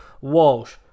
Walsh